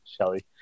Shelly